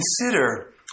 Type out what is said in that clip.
consider